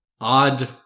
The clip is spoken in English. Odd